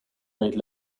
made